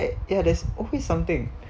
ya there's always something